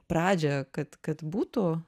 pradžią kad kad būtų